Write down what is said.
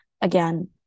again